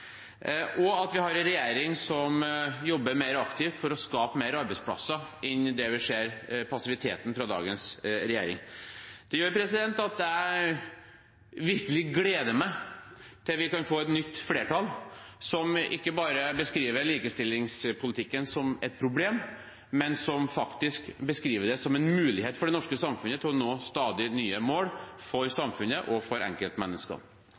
og at vi har en regjering som jobber mer aktivt for å skape flere arbeidsplasser enn det vi ser fra dagens passive regjering. Dette gjør at jeg virkelig gleder meg til at vi kan få et nytt flertall, som ikke bare beskriver likestillingspolitikken som et problem, men som beskriver det som en mulighet for det norske samfunnet til å nå stadig nye mål for samfunnet og